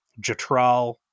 Jatral